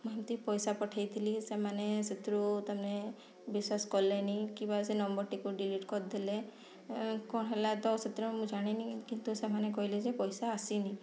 ମୁଁ ସେମିତି ପଇସା ପଠେଇଥିଲି ସେମାନେ ସେଥିରୁ ତା ମାନେ ବିଶ୍ୱାସ କଲେନି କିମ୍ବା ସେ ନମ୍ବର୍ଟିକୁ ଡ଼ିଲିଟ୍ କରିଦେଲେ କ'ଣ ହେଲା ତ ସେଥିର ମୁଁ ଜାଣିନି କିନ୍ତୁ ସେମାନେ କହିଲେ ଯେ ପଇସା ଆସିନି